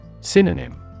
Synonym